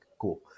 Cool